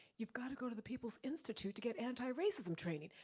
you've gotta go to the people's institute to get anti-racism training.